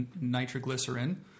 nitroglycerin